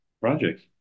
projects